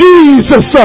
Jesus